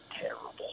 terrible